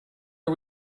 are